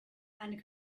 and